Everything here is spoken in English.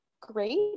great